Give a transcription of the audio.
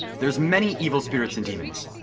there's many evil spirits and demons.